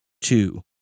two